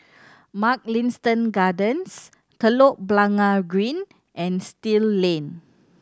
Mugliston Gardens Telok Blangah Green and Still Lane